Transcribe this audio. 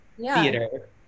theater